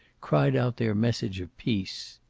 cried out their message of peace.